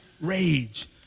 rage